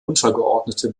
untergeordnete